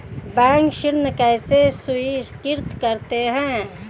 Bank ऋण कैसे स्वीकृत करते हैं?